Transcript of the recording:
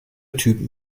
typen